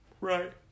Right